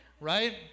right